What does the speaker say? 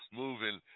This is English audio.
moving